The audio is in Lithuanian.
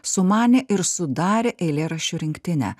sumanė ir sudarė eilėraščių rinktinę